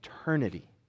eternity